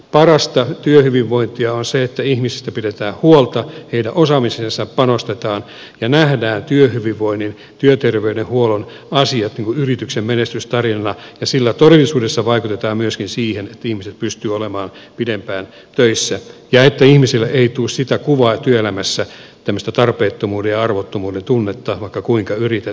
parasta työhyvinvointia on se että ihmisistä pidetään huolta heidän osaamiseensa panostetaan ja nähdään työhyvinvoinnin työterveydenhuollon asiat yrityksen menestystarinana ja sillä todellisuudessa vaikutetaan myöskin siihen että ihmiset pystyvät olemaan pidempään töissä ja että ihmisille ei tule sitä kuvaa työelämässä tämmöistä tarpeettomuuden ja arvottomuuden tunnetta vaikka kuinka yrität